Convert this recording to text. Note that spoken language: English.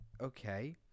Okay